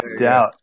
doubt